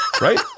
Right